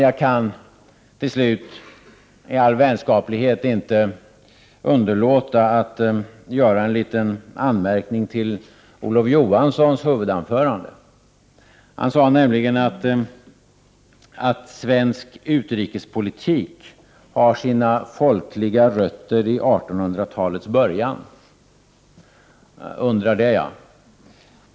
Jag kan till slut i all vänskaplighet inte underlåta att göra en liten anmärkning till Olof Johanssons huvudanförande. Han sade nämligen att svensk utrikespolitik har sina folkliga rötter i 1800-talets början. Jag undrar det jag.